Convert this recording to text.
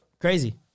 Crazy